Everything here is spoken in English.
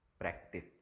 practice